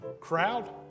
crowd